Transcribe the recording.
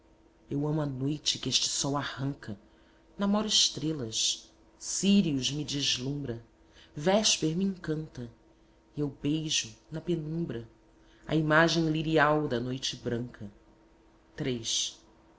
eu amo a noite que este sol arranca namoro estrelas sírius me deslumbra vésper me encanta e eu beijo na penumbra a imagem lirial da noite branca